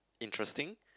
interesting